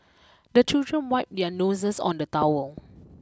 the children wipe their noses on the towel